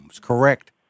correct